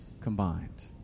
combined